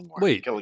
Wait